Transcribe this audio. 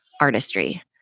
artistry